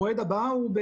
המועד הבא הוא,